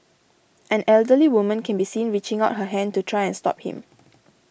an elderly woman can be seen reaching out her hand to try and stop him